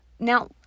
now